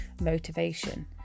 motivation